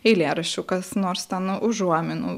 eilėraščių kas nors nu užuominų